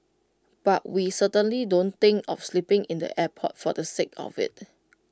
but we certainly don't think of sleeping in the airport for the sake of IT